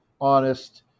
honest